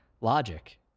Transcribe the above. Logic